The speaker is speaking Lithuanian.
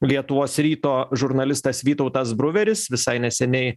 lietuvos ryto žurnalistas vytautas bruveris visai neseniai